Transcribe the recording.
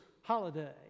holiday